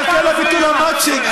אני אחכה לביטול המצ'ינג,